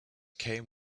came